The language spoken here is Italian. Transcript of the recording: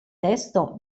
testo